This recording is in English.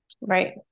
Right